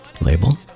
label